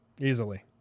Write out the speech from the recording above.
Easily